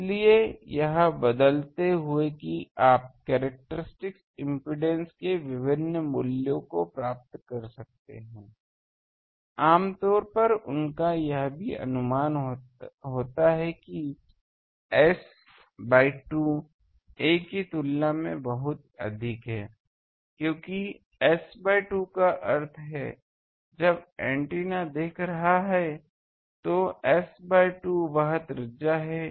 इसलिए यह बदलते हुए कि आप कैरेक्टरिस्टिक इम्पीडेन्स के विभिन्न मूल्यों को प्राप्त कर सकते हैं और आम तौर पर उनका यह भी अनुमान होता है कि S बाय 2 "a ‟की तुलना में बहुत अधिक है क्योंकि S बाय 2 का अर्थ है जब एंटीना देख रहा है तो S बाय 2 वह त्रिज्या है